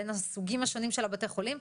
בין הסוגים השונים של בתי החולים.